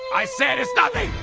i said it's nothing!